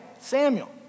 Samuel